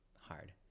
hard